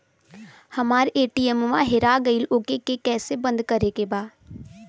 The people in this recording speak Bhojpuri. हमरा ए.टी.एम वा हेरा गइल ओ के के कैसे बंद करे के बा?